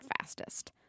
fastest